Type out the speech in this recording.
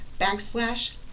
backslash